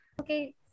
Okay